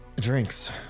Drinks